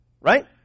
Right